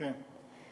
כן.